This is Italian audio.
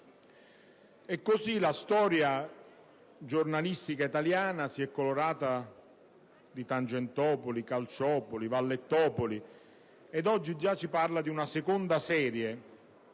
Così, la storia giornalistica italiana si è colorata di Tangentopoli, Calciopoli, Vallettopoli ed oggi già si parla di una seconda serie